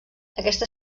aquesta